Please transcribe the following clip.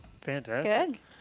Fantastic